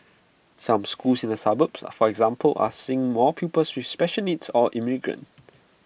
some schools in the suburbs for example are seeing more pupils with special needs or immigrants